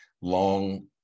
long